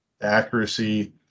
accuracy